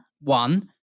One